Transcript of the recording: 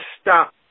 stop